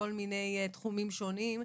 בכל מיני תחומים שונים,